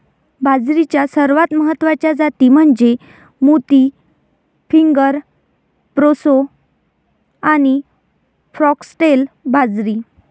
बाजरीच्या सर्वात महत्वाच्या जाती म्हणजे मोती, फिंगर, प्रोसो आणि फॉक्सटेल बाजरी